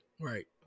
Right